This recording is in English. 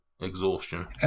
exhaustion